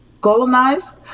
colonized